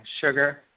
sugar